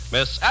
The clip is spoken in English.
Miss